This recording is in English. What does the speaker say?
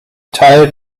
tired